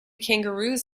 kangaroos